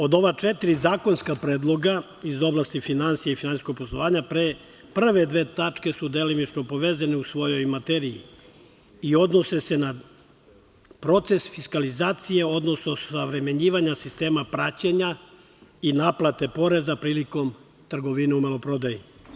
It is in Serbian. Od ova četiri zakonska predloga iz oblasti finansija i finansijskog poslovanja prve dve tačke su delimično povezane u svojoj materiji i odnose se na proces fiskalizacije, odnosno osavremenjivanja sistema praćenja i naplate poreza prilikom trgovine u maloprodaji.